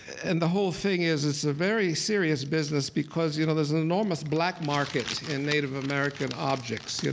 and the whole thing is, it's a very serious business because you know there's an enormous black market in native american objects.